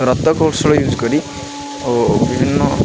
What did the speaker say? କୌଶଳୀ use କରି ଓ ବିଭିନ୍ନ